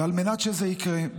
וכדי שזה יקרה,